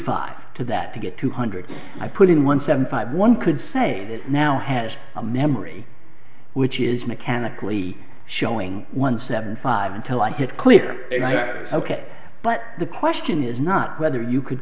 five to that to get two hundred i put in one seven five one could say that now has a memory which is mechanically showing one seven five until i hit clear ok but the question is not whether you could